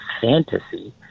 fantasy